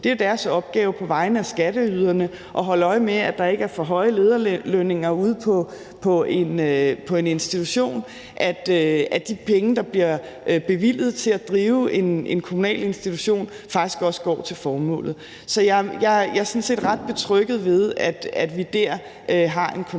Det er jo deres opgave på vegne af skatteyderne at holde øje med, at der ikke er for høje lederlønninger ude på en institution, og at de penge, der bliver bevilget til at drive en kommunal institution, faktisk også går til formålet. Så jeg er sådan set ret tryg ved, at vi der har en kontrol